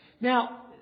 Now